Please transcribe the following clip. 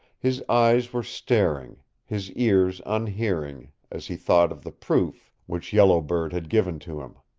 his eyes were staring, his ears unhearing, as he thought of the proof which yellow bird had given to him.